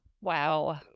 Wow